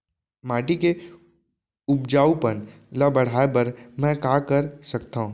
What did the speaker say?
माटी के उपजाऊपन ल बढ़ाय बर मैं का कर सकथव?